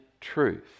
truth